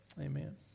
Amen